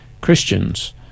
Christians